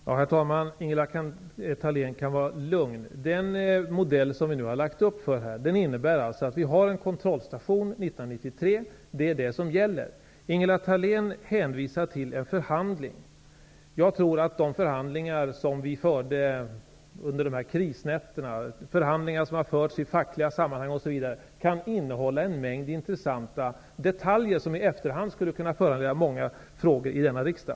Herr talman! Ingela Thalén kan vara lugn. Den modell som vi har utformat innebär att vi har en kontrollstation 1993. Det är det som gäller. Ingela Thalén hänvisar till en förhandling. Jag tror att de förhandlingar som vi förde under krisnätterna, förhandlingar som har förts i fackliga sammanhang osv. kan innehålla en mängd intressanta detaljer som i efterhand skulle kunna föranleda många frågor i denna riksdag.